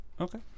Okay